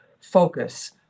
focus